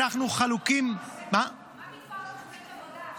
אנחנו חלוקים --- מה בדבר תוכנית עבודה,